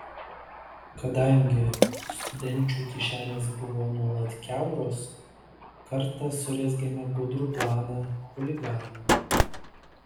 kadangi studenčių kišenės buvo nuolat kiauros kartą surezgėme gudrų planą chuliganą